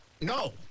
No